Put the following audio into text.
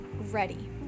ready